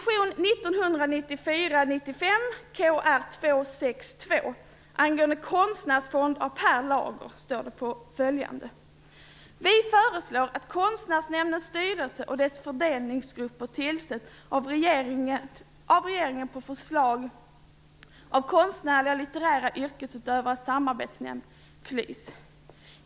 I Per Lager står det följande: "Vi föreslår att Konstnärsnämndens styrelse och dess fördelningsgrupper tillsätts av regeringen på förslag från Konstnärliga och litterära yrkesutövare samarbetsnämnd ."